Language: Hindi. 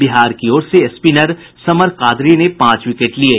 बिहार की ओर से स्पिनर समर कादरी ने पांच विकेट लिये